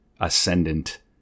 ascendant